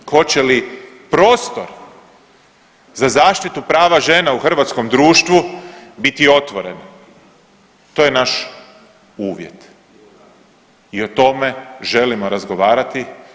Hoće li prostor za zaštitu prava žena u hrvatskom društvu biti otvoren to je naš uvjet i o tome želimo razgovarati.